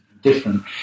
different